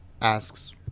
asks